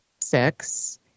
six